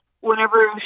whenever